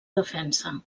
defensa